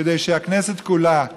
כדי שהכנסת כולה,